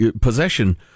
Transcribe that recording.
possession